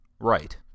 Right